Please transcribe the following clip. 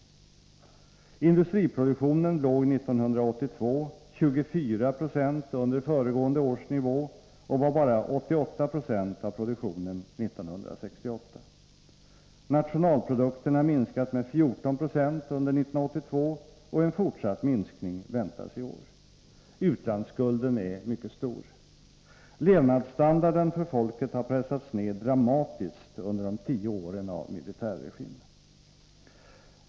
1982 låg industriproduktionen 24 96 under föregående års nivå och var bara 88 96 av produktionen 1968. Nationalprodukten har minskat med 14 96 under 1982, och en fortsatt minskning väntas i år. Utlandsskulden är mycket stor. Levnadsstandarden för folket har pressats ned dramatiskt under de tio åren av militärregim.